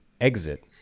exit